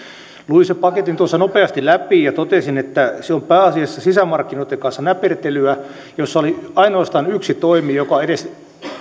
luin sen paketin tuossa nopeasti läpi ja totesin että se on pääasiassa sisämarkkinoitten kanssa näpertelyä jossa oli ainoastaan yksi toimi joka edes